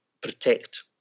protect